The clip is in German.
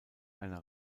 einer